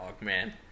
man